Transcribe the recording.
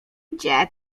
gdzie